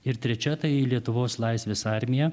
ir trečia tai lietuvos laisvės armija